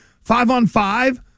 five-on-five